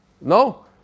No